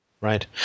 Right